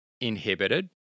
inhibited